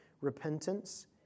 repentance